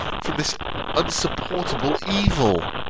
from this insupportable evil!